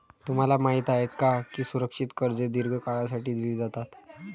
तुम्हाला माहित आहे का की सुरक्षित कर्जे दीर्घ काळासाठी दिली जातात?